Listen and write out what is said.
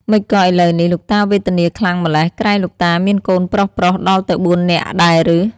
ម៉េចក៏ឥឡូវនេះ លោកតាវេទនាខ្លាំងម៉្លេះ ក្រែងលោកតាមានកូនប្រុសៗដល់ទៅ ៤នាក់ដែរឬ។